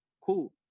cool